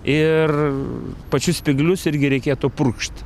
ir pačius spyglius irgi reikėtų purkšt